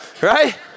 right